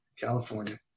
California